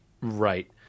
Right